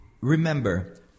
remember